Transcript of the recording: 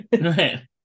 right